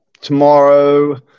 tomorrow